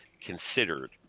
considered